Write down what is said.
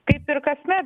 kaip ir kasme